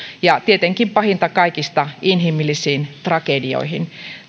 ja tietenkin pahinta kaikista inhimillisiin tragedioihin